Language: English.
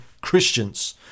Christians